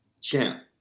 Champ